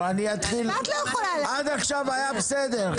עד עכשיו היה בסדר.